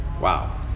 Wow